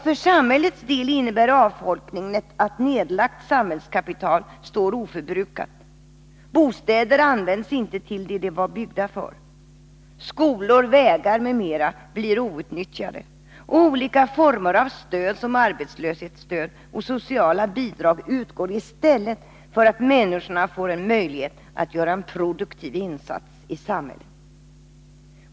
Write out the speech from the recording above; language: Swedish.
För samhällets del innebär avfolkningen att nedlagt samhällskapital står oförbrukat. Bostäder används inte till det de var byggda för. Skolor, vägar m.m. blir outnyttjade. Olika former av stöd, som arbetslöshetsunderstöd och sociala bidrag, utbetalas i stället för att människorna får en möjlighet att göra en produktiv insats i samhället.